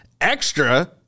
extra